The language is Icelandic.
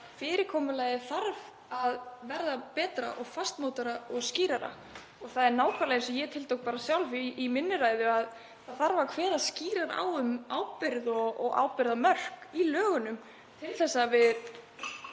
fyrirkomulagið þarf að verða betra og fastmótaðra og skýrara. Það er nákvæmlega það sem ég tiltók sjálf í ræðu, það þarf að kveða skýrar á um ábyrgð og ábyrgðarmörk í lögunum til þess að við